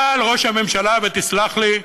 אבל ראש המשלה, ותסלח לי,